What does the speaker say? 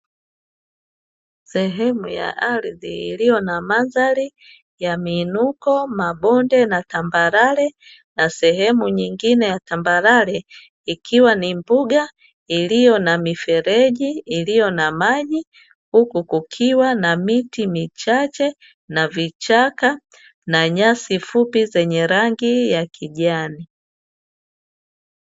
Sehemu ya ardhi iliyo na mandhari ya miinuko, mabonde na tambarare na sehemu nyingine ya tambarare ikiwa ni mbuga iliyo na mifereji iliyo na maji, huku kukiwa na miti michache na vichaka na nyasi fupi zenye rangi ya kijani.